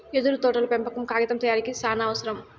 యెదురు తోటల పెంపకం కాగితం తయారీకి సానావసరం